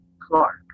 Clark